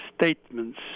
statements